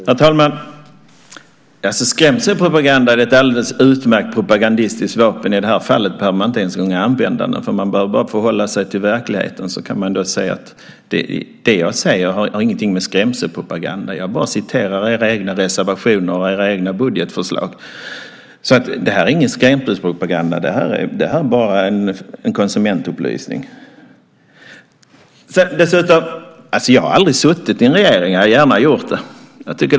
Herr talman! Skrämselpropaganda är ett alldeles utmärkt propagandistiskt vapen. I det här fallet behöver man inte ens använda det. Man behöver bara förhålla sig till verkligheten för att se att det jag säger inte har någonting med skrämselpropaganda att göra. Jag citerar bara era egna reservationer och era egna budgetförslag. Detta är alltså ingen skrämselpropaganda; det är bara konsumentupplysning. Dessutom har jag aldrig suttit i en regering. Jag hade gärna gjort det.